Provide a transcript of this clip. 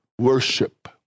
worship